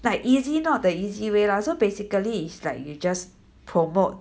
like easy not the easy way lah so basically it's like you just promote